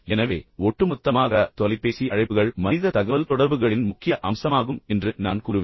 எனவே ஒட்டுமொத்தமாக தொலைபேசி அழைப்புகள் மனித தகவல்தொடர்புகளின் முக்கிய அம்சமாகும் என்று நான் கூறுவேன்